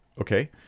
okay